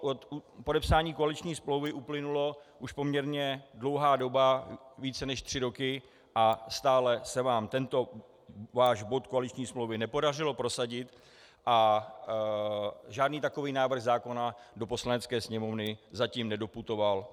Od podepsání koaliční smlouvy uplynula už poměrně dlouhá doba, více než tři roky, a stále se vám tento bod koaliční smlouvy nepodařilo prosadit a žádný takový návrh zákona do Poslanecké sněmovny zatím nedoputoval.